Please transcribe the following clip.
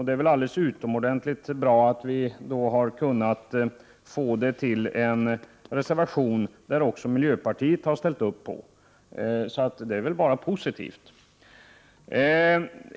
Då är det utomordentligt bra att vi har kunnat avge en reservation som även miljöpartiet ställt sig bakom, vilket bara är positivt.